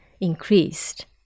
increased